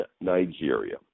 Nigeria